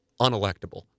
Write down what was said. unelectable